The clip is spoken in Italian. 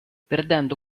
perdendo